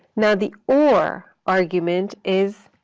now the or argument is